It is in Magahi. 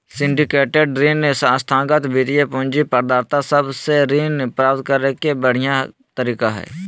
सिंडिकेटेड ऋण संस्थागत वित्तीय पूंजी प्रदाता सब से ऋण प्राप्त करे के बढ़िया तरीका हय